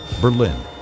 Berlin